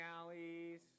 alleys